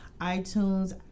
iTunes